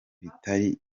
bitari